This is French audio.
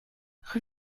rue